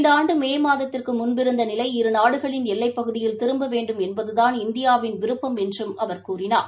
இந்த ஆண்டுமேமாதத்திற்குமுன்பிருந்தநிலை இருநாடுகளின் எல்லைப்பகுதியில் திரும்பவேண்டும் என்பதுதான் இந்தியாவின் விருப்பம் என்றும் அவர் கூறினார்